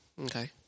Okay